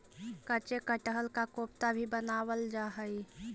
कच्चे कटहल का कोफ्ता भी बनावाल जा हई